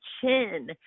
chin